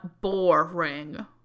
boring